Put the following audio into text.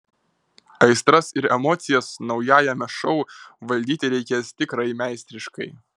aistras ir emocijas naujajame šou valdyti reikės tikrai meistriškai